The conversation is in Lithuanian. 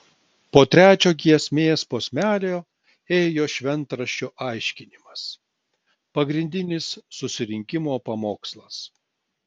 po trečio giesmės posmelio ėjo šventraščio aiškinimas pagrindinis surinkimo pamokslas